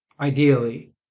ideally